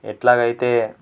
ఎట్లాగైతే